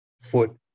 foot